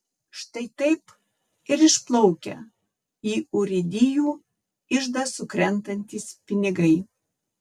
štai taip ir išplaukia į urėdijų iždą sukrentantys pinigai